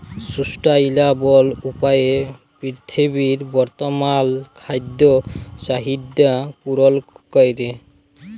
sustainable উপায়ে পীরথিবীর বর্তমাল খাদ্য চাহিদ্যা পূরল ক্যরে